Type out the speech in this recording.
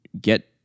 get